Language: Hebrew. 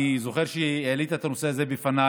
אני זוכר שהעלית את הנושא הזה בפניי.